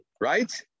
right